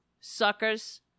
suckers